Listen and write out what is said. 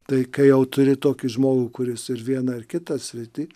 tai kai jau turi tokį žmogų kuris ir vieną ir kitą sritį